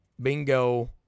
Bingo